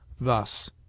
Thus